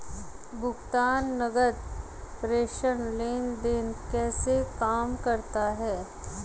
भुगतान नकद प्रेषण लेनदेन कैसे काम करता है?